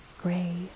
gray